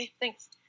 Thanks